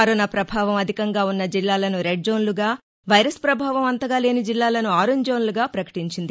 corona ప్రభావం అధికంగా ఉన్న జిల్లాలను రెడ్ జోన్లుగా వైరస్ ప్రభావం అంతగా లేని జిల్లాలను ఆరెంజ్ జోన్లగా ప్రకటించింది